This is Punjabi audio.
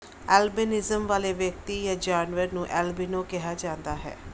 ਐਲਬਿਨਿਜ਼ਮ ਵਾਲੇ ਵਿਅਕਤੀ ਜਾਂ ਜਾਨਵਰ ਨੂੰ ਐਲਬੀਨੋ ਕਿਹਾ ਜਾਂਦਾ ਹੈ